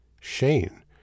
Shane